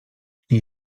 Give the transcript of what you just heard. nie